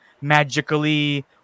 magically